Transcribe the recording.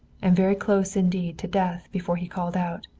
and very close indeed to death before he called out.